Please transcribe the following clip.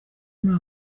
muri